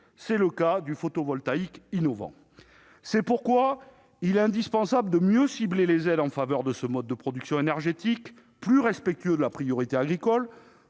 C'est le cas du photovoltaïque innovant. C'est pourquoi il convient de mieux cibler les aides en faveur de ce mode de production énergétique plus respectueux de la priorité agricole,